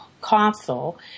console